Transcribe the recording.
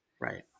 Right